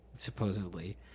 supposedly